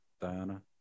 Diana